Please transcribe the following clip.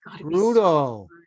brutal